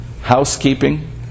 housekeeping